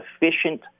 efficient